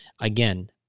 again